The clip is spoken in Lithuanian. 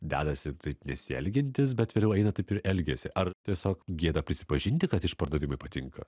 dedasi taip nesielgiantys bet vėliau eina taip ir elgiasi ar tiesiog gėda prisipažinti kad išpardavimai patinka